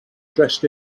dressed